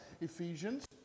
Ephesians